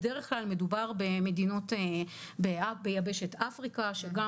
בדרך כלל מדובר במדינות ביבשת אפריקה שגם